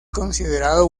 considerado